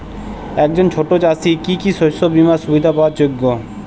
একজন ছোট চাষি কি কি শস্য বিমার সুবিধা পাওয়ার যোগ্য?